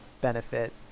benefit